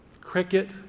Cricket